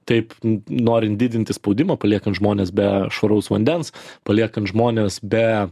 taip norint didinti spaudimą paliekant žmones be švaraus vandens paliekant žmones be